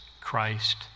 Christ